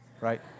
right